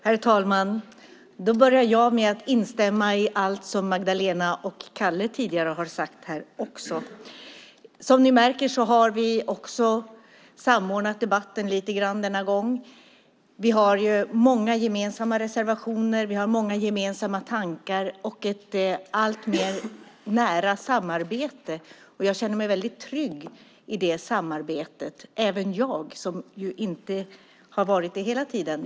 Herr talman! Jag börjar med att instämma i allt som Magdalena och Kalle tidigare har sagt här. Som ni märker har vi samordnat debatten lite grann denna gång. Vi har många gemensamma reservationer och tankar och ett alltmer nära samarbete. Jag känner mig trygg i det samarbetet - även jag, som inte har varit det hela tiden.